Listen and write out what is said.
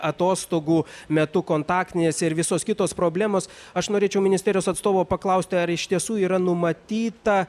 atostogų metu kontaktinės ir visos kitos problemos aš norėčiau ministerijos atstovo paklausti ar iš tiesų yra numatyta